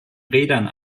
rädern